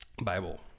Bible